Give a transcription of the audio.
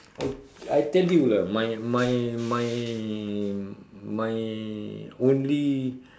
I I tell you lah my my my my only